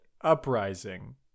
uprising